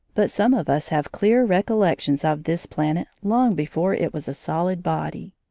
but some of us have clear recollections of this planet long before it was a solid body.